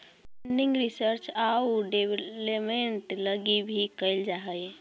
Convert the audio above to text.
funding research आउ development लगी भी कैल जा हई